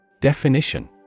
Definition